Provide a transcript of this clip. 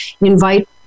invite